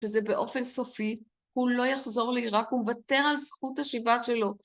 וזה באופן סופי, הוא לא יחזור לעיראק, הוא מוותר על זכות השיבה שלו.